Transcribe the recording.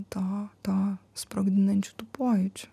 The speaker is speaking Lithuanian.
to to sprogdinančių tų pojūčių